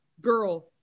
Girl